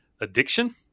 addiction